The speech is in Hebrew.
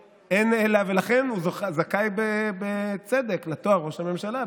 לכן הוא זכאי בצדק לתואר ראש הממשלה,